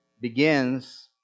begins